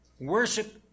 worship